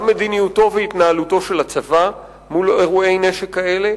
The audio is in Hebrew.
גם מדיניותו והתנהלותו של הצבא מול אירועי נשק כאלה,